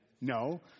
No